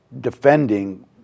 defending